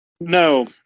no